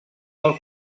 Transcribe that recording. del